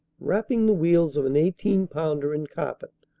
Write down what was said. wrapping the wheels of an eighteen pounder in carpet,